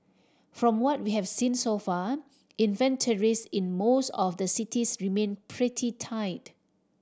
from what we have seen so far inventories in most of the cities remain pretty tight